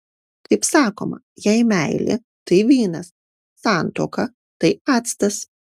kaip sakoma jei meilė tai vynas santuoka tai actas